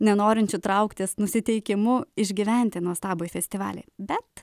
nenorinčiu trauktis nusiteikimu išgyventi nuostabųjį festivalį bet